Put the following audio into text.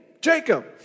Jacob